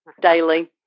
daily